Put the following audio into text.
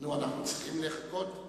אנחנו צריכים לחכות.